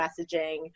messaging